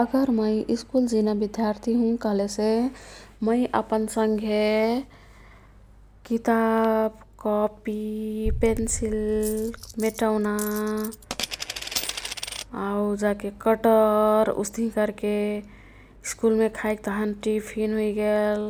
अगर मै स्कुल जिना बिद्यार्थी हुँ कह्लेसे मै अपन संघे किताब, कपि, पेन्सिल, मेटौना ,आउ जाके कटर खाईक् तहन टिफिन हुइगेल